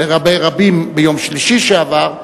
ביום שלישי שעבר,